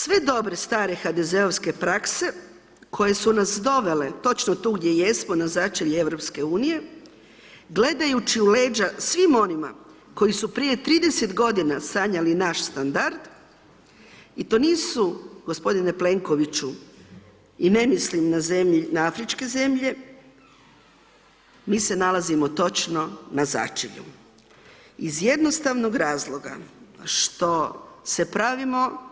Sve dobre stare HDZ-ovske prakse koje su nas dovele točno tu gdje jesmo na začelje EU, gledajući u leđa svim onima koji su prije 30 godina sanjali naš standard i to nisu gospodine Plenkoviću i ne mislim na afričke zemlje, mi se nalazimo točno na začelju iz jednostavnog razloga što se pravimo